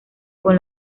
con